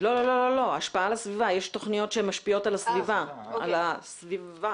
יש תוכניות שמשפיעות על הסביבה.